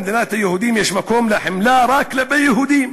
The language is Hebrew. במדינת היהודים יש מקום לחמלה רק ליהודים,